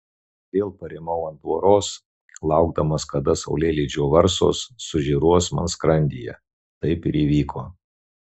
vėl parimau ant tvoros laukdamas kada saulėlydžio varsos sužėruos man skrandyje taip ir įvyko